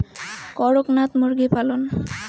করকনাথ মুরগি পালন?